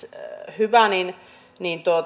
hyvä